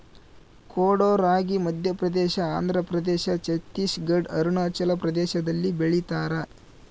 ಕೊಡೋ ರಾಗಿ ಮಧ್ಯಪ್ರದೇಶ ಆಂಧ್ರಪ್ರದೇಶ ಛತ್ತೀಸ್ ಘಡ್ ಅರುಣಾಚಲ ಪ್ರದೇಶದಲ್ಲಿ ಬೆಳಿತಾರ